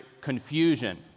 confusion